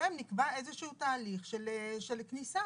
לגביהם נקבע איזשהו תהליך של כניסה,